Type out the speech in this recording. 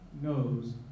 knows